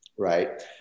Right